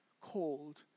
called